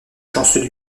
chanceux